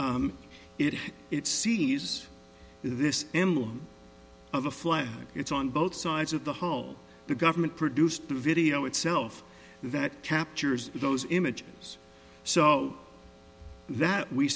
if it sees this emblem of a flag it's on both sides of the hole the government produced the video itself that captures those images so that we